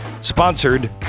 sponsored